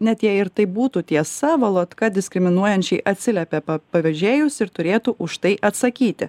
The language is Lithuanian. net jei ir tai būtų tiesa volodka diskriminuojančiai atsiliepė pavėžėjus ir turėtų už tai atsakyti